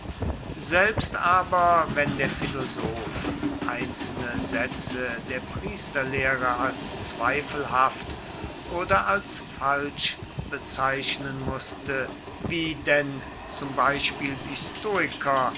selbst aber wenn der philosoph einzelne sätze der priesterlehre als zweifelhaft oder als falsch bezeichnen mußte wie denn zum beispiel die stoiker